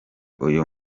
uyu